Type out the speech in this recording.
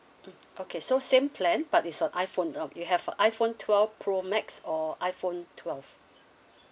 mm okay so same plan but it's a iphone um you have a iphone twelve pro max or iphone twelve